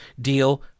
deal